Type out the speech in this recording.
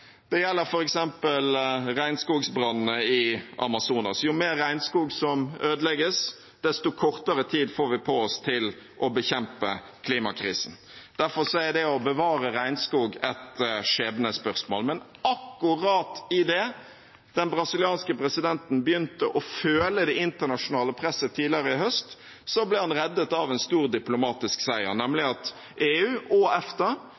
Det gjelder f.eks. regnskogbrannene i Amazonas. Jo mer regnskog som ødelegges, desto kortere tid får vi på oss til å bekjempe klimakrisen. Derfor er det å bevare regnskog et skjebnespørsmål. Men akkurat idet den brasilianske presidenten begynte å føle det internasjonale presset tidligere i høst, ble han reddet av en stor diplomatisk seier, nemlig at EU og EFTA